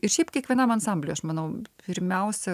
ir šiaip kiekvienam ansambliui aš manau pirmiausia